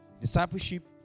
Discipleship